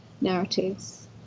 narratives